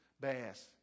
Bass